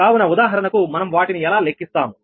కావున ఉదాహరణకు మనం వాటిని ఎలా లెక్కిస్తాము